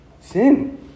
Sin